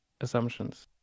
assumptions